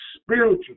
spiritual